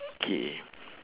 okay